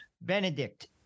Benedict